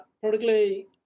Particularly